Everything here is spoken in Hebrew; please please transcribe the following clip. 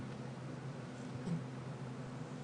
חרשת,